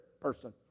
person